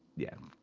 yeah.